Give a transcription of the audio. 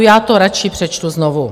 Já to radši přečtu znovu.